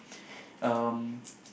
um